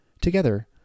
Together